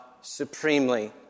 supremely